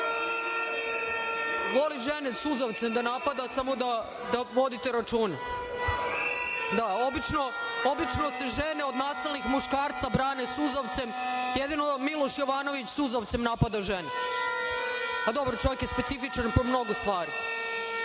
voli žene da napada suzavcem, samo da vodite računa. Obično se žene od nasilnih muškaraca brane suzavcem, jedino Miloš Jovanović suzavcem napada žene. Dobro, čovek je specifičan po mnogo stvari. Reč